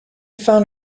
found